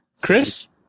Chris